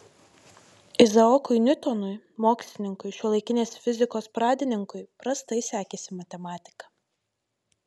izaokui niutonui mokslininkui šiuolaikinės fizikos pradininkui prastai sekėsi matematika